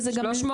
וזה גם --- 300,